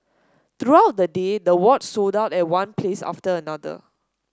throughout the day the watch sold out at one place after another